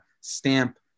stamp